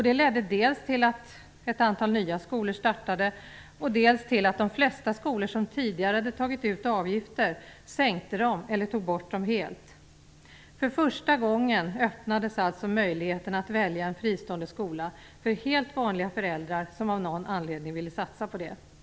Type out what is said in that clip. Det ledde dels till att ett antal nya skolor startade, dels till att de flesta skolor som tidigare hade tagit ut avgifter sänkte avgifterna eller tog bort dem helt. För första gången öppnades alltså möjligheten att välja en fristående skola för helt vanliga föräldrar som av någon anledning ville satsa på det för sina barn.